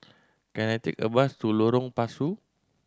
can I take a bus to Lorong Pasu